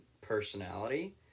personality